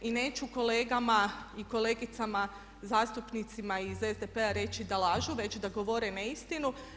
I neću kolegama i kolegicama zastupnicima iz SDP-a reći da lažu, već da govore neistinu.